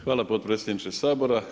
Hvala potpredsjedniče Sabora.